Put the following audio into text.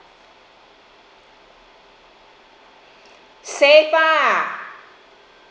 safer